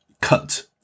cut